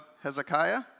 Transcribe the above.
Hezekiah